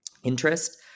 interest